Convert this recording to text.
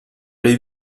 les